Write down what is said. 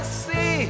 see